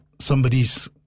somebody's